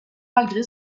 malgré